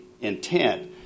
intent